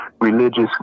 religious